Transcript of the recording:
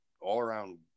all-around